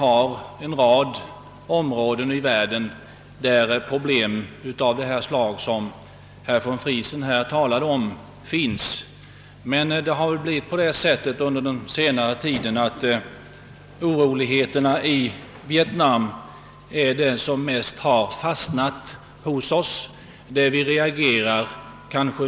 I en rad områden i världen finns problem av det slag som herr von Friesen här talade om. Men under den senaste tiden har oroligheterna i Vietnam blivit det som vi kanske mest reagerat inför.